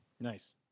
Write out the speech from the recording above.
Nice